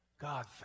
God